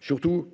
Surtout,